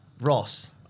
Ross